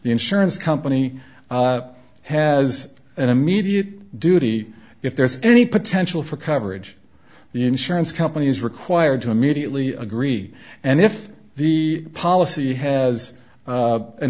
the insurance company has an immediate duty if there's any potential for coverage the insurance company is required to immediately agree and if the policy has